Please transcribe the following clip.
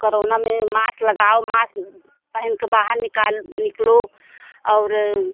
corona में mask लगाओ mask पहन कर बाहर निकालो निकलो और